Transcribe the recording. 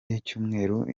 y’icyumweru